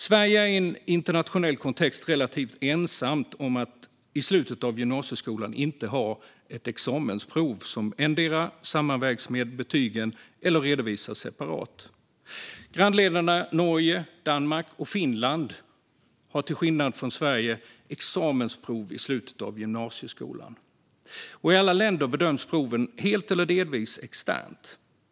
Sverige är i en internationell kontext relativt ensamt om att i slutet av gymnasieskolan inte ha ett examensprov som endera sammanvägs med betygen eller redovisas separat. Grannländerna Norge, Danmark och Finland har, till skillnad från Sverige, examensprov i slutet av gymnasieskolan. I alla länder bedöms proven helt eller delvis externt.